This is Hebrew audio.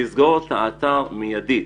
לסגור את האתר באופן מידי.